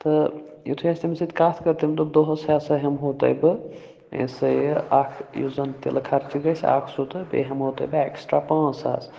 تہٕ یُتھُے اَسہِ تٔمِس سۭتۍ کَتھ کٔر تٔمۍ دوٚپ دۄہَس ہَسا ہَٮ۪مہو تۄہِہ بہٕ یِسا یہِ اَکھ یُس زَن تِلہٕ خرچہِ گژھِ اَکھ سُہ تہٕ بیٚیہِ ہٮ۪مو تۄہِہ بہٕ اٮ۪کٕسٹرٛا پانٛژھ ساس